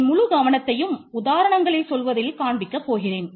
என் முழு கவனத்தையும் உதாரணங்களில் சொல்வதில் காண்பிக்க போகிறேன்